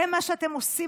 זה מה שאתם עושים.